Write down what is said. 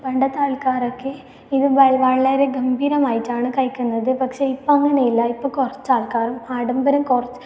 പണ്ടത്തെ ആൾക്കാരൊക്കെ ഇത് വളരെ ഗംഭീരമായിട്ടാണ് കളിക്കുന്നത് പക്ഷെ ഇപ്പോൾ അങ്ങനെ ഇല്ല ഇപ്പോൾ കുറച്ചാൾക്കാരും ആഡംബരം കുറച്ച്